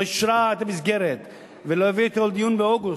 אישרה את המסגרת ולא הביאה אותו לדיון באוגוסט,